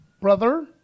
brother